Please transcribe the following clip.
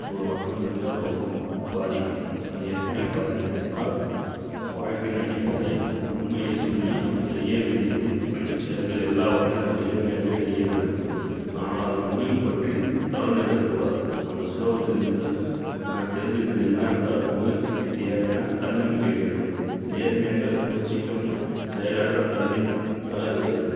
ஒரு வசனம் என்றால் ரொம்பப் பாதிக்கும் அது எப்படி பாதித்ததுன்னால் வாழ்க்கையின் அடிப்படை உண்மையைச் சொல்லி நாம் செய்ய வேண்டியது செயல்கள் எல்லாவற்றையும் நேர்மையாக செய்ய வேண்டும் ஆனால் அதன் முடிவுப் பற்றி தளர்ந்து விடக்கூடாது அந்த ஸ்லோகத்தில் இருந்து நான் தெரிந்துக்கிட்டது என்னவென்றால் முயற்சிக்கு தேவையான தன்னம்பிக்கை வேண்டும் நேர்மையாக முயற்சிக்கும் செயலற்ற தன்மை தளர்த்தி விட வேண்டும்